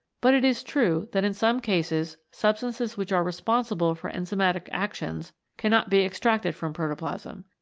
but it is true that in some cases substances which are responsible for enzymatic actions cannot be extracted from protoplasm.